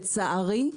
לצערי,